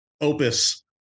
Opus